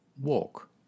walk